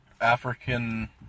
African